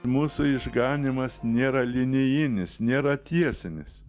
mūsų išganymas nėra linijinis nėra tiesinis